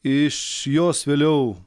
iš jos vėliau